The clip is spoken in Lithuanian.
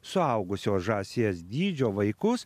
suaugusio žąsies dydžio vaikus